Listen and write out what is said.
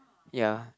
ya